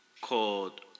Called